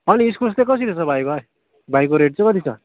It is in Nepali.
अनि इस्कुस चाहिँ कसरी छ भाइको भाइको रेट चाहिँ कति छ